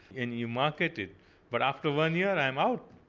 and you market it but after one year i um out.